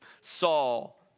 Saul